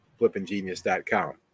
FlippingGenius.com